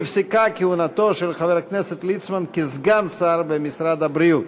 נפסקה כהונתו של חבר הכנסת ליצמן כסגן שר במשרד הבריאות.